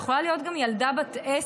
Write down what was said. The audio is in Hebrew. וזאת יכולה להיות גם ילדה בת עשר,